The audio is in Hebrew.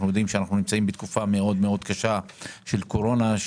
אנחנו בתקופה מאוד מאוד קשה של קורונה,